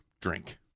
Drink